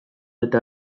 eta